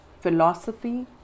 philosophy